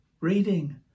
Reading